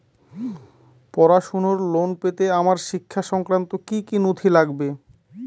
পড়াশুনোর লোন পেতে আমার শিক্ষা সংক্রান্ত কি কি নথি লাগবে?